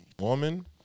woman